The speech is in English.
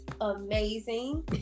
amazing